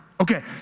Okay